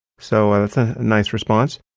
so that's a nice response.